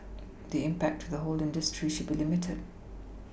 the impact to the whole industry should be limited